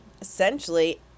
essentially